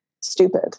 stupid